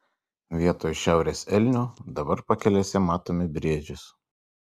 vietoj šiaurės elnių dabar pakelėse matome briedžius